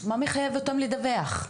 מה מחייב אותן לדווח?